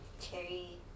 Cherry